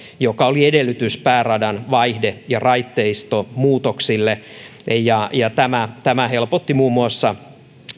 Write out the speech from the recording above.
joka oli edellytys pääradan vaihde ja raiteistomuutoksille tämä tämä helpotti muun muassa